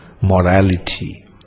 morality